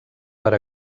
per